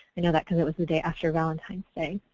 you know that was that was the day after valentine's day.